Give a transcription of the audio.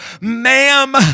ma'am